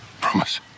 Promise